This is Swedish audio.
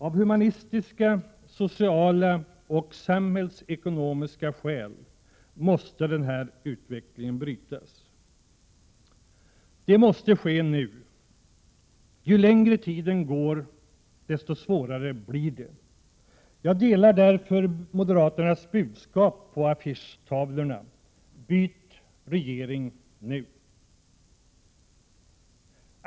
Av humanitära, sociala och samhällsekonomiska skäl måste den utvecklingen brytas. Det måste ske nu — ju längre tiden går desto svårare blir det. Jag instämmer därför i moderaternas budskap på affischtavlorna: Byt regering nu.